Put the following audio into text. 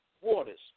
waters